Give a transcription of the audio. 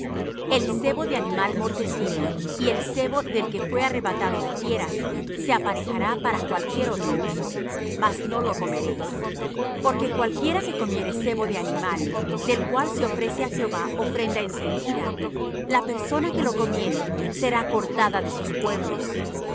el sebo de animal mortecino y el sebo del que fué arrebatado de fieras se aparejará para cualquiera otro uso mas no lo comeréis porque cualquiera que comiere sebo de animal del cual se ofrece á jehová ofrenda encendida la persona que lo comiere será cortada de sus pueblos